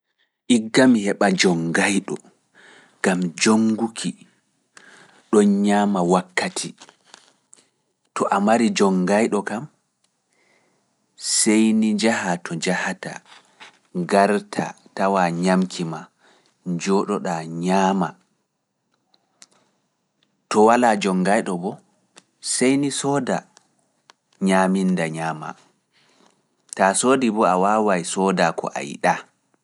Igga mi heɓa jongaiɗo, gam jonguki, ɗon ñaama wakkati, to a mari jongayɗo kam, sey ni njahaa to njahata, garta tawa ñamki ma, njooɗo ɗaa ñaama, to walaa jongayɗo bo, sey ni sooda ñaamindaaamaa, taa soodi bo a waawaay sooda ko a yiɗaa.